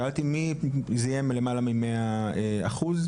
אני שאלתי מי זיהם למעלה ממאה אחוז?